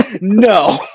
no